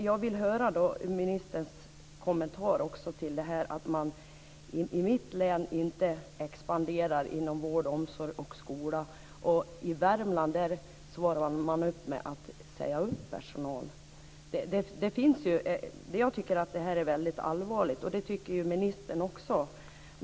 Jag vill höra ministerns kommentar till att man i mitt län inte expanderar inom vård, omsorg och skola. I Värmland svarar man med att säga upp personal. Jag tycker att det är mycket allvarligt, och det tycker ministern också.